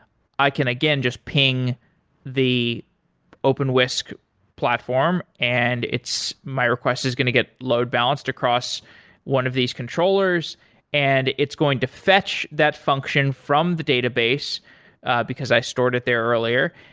i can again just ping the openwhisk platform and my request is going to get load balanced across one of these controllers and it's going to fetch that function from the database because i stored it there earlier,